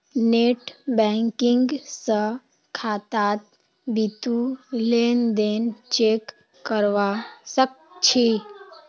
net banking स खातात बितु लेन देन चेक करवा सख छि